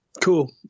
Cool